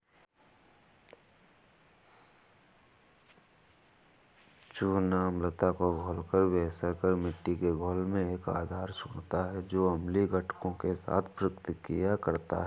चूना अम्लता को घोलकर बेअसर कर मिट्टी के घोल में एक आधार छोड़ता है जो अम्लीय घटकों के साथ प्रतिक्रिया करता है